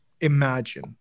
Imagine